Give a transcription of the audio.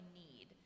need